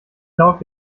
laut